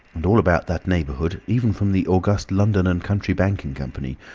and all about that neighbourhood, even from the august london and country banking company,